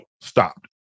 stopped